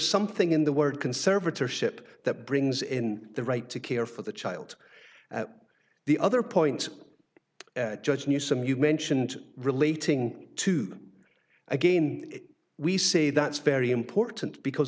something in the word conservatorship that brings in the right to care for the child the other point judge newsome you mentioned relating to again we say that's very important because